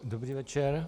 Dobrý večer.